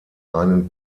einen